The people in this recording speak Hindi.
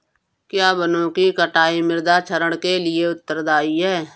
क्या वनों की कटाई मृदा क्षरण के लिए उत्तरदायी है?